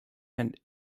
and